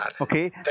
Okay